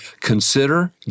consider